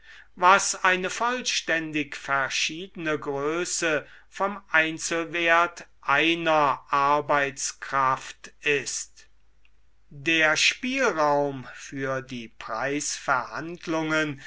was eine vollständig verschiedene größe vom einzelwert einer arbeitskraft ist der spielraum für die preisverhandlungen